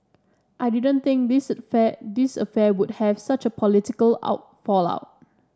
I didn't think this affair this affair would have such a political out fallout